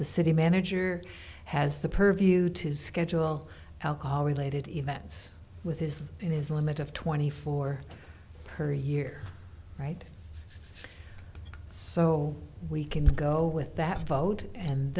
the city manager has the purview to schedule alcohol related events with his and his limit of twenty four per year right so we can go with that vote and